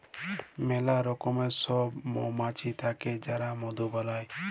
ম্যালা রকমের সব মমাছি থাক্যে যারা মধু বালাই